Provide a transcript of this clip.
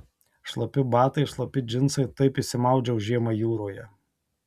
šlapi batai šlapi džinsai taip išsimaudžiau žiemą jūroje